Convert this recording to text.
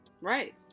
Right